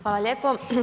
Hvala lijepo.